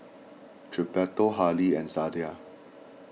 Gilberto Hali and Zelda